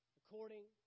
according